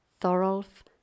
Thorolf